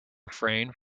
refrain